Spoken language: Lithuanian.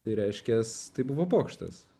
tai reiškias tai buvo pokštas